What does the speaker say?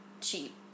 cheap